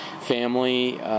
family